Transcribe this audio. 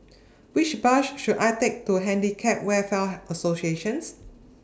Which Bus should I Take to Handicap Welfare Associations